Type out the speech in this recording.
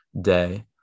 Day